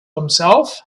himself